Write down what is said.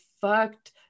fucked